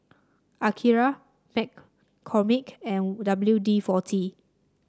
Akira McCormick and W D forty